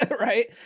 right